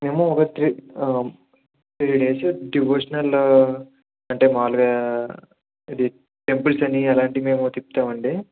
మేము ఒక త్రీ ఆ త్రీ డేస్ డివోషనల్ అంటే మామూలుగా టెంపుల్స్ అన్నీ అలాంటివి మేము తిప్పుతామండి